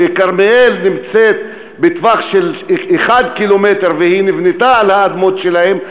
וכרמיאל נמצאת בטווח של קילומטר אחד והיא נבנתה על האדמות שלהם,